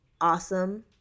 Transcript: awesome